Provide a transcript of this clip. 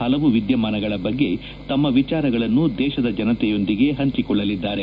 ಹಲವು ವಿದ್ಯಮಾನಗಳ ಬಗ್ಗೆ ತಮ್ಮ ವಿಚಾರಗಳನ್ನು ದೇತದ ಜನತೆಯೊಂದಿಗೆ ಪಂಚಿಕೊಳ್ಳಲಿದ್ದಾರೆ